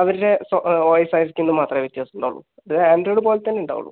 അവരുടെ സൊ ഒഎസ് ആയിരിക്കുമെന്ന് മാത്രമേ വ്യത്യാസം ഉണ്ടാവുകയുള്ളൂ അത് ആൻഡ്രോയിഡ് പോലത്തന്നെ ഉണ്ടാവുകയുള്ളൂ